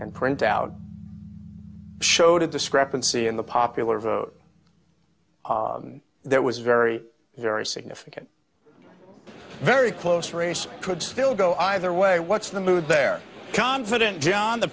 and print out showed a discrepancy in the popular vote there was very very significant very close race could still go either way what's the mood there confident john the